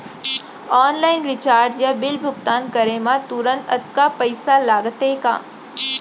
Online recharge या bill भुगतान करे मा तुरंत अक्तहा पइसा लागथे का?